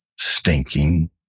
stinking